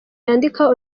yandika